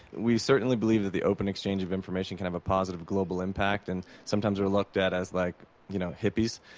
we certainly believe that the open exchange of information can have a positive global impact and sometimes, we're looked at as like you know hippies.